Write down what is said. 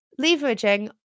Leveraging